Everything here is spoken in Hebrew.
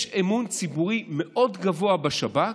יש אמון ציבורי מאוד גבוה בשב"כ,